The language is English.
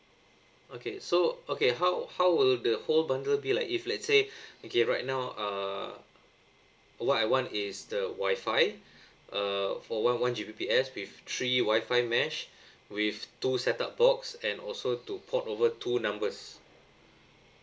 okay so okay how how will the whole bundle be like if let's say okay right now uh what I want is the wifi uh for one one G_B_P_S with three wifi mesh with two set up box and also to port over two numbers